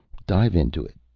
dive into it,